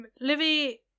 Livy